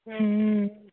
ఆ